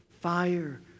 fire